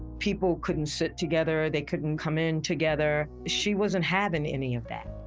people couldn't sit together, they couldn't come in together. she wasn't having any of that.